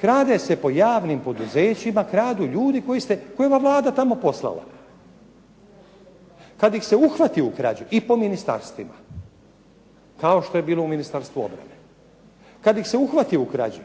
kradu ljudi po javnim poduzećima, kradu ljudi koje je ova Vlada tamo poslala. Kada ih se uhvati u krađi. I po ministarstvima, kao što je bilo u Ministarstvu obrane. Kada ih se uhvati u krađi,